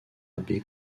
abbé